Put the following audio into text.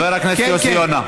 חבר הכנסת יוסי יונה.